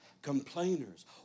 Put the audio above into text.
Complainers